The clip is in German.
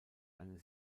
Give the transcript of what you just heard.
eine